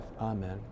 amen